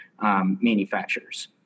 manufacturers